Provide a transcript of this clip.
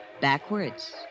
Backwards